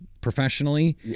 professionally